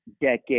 decade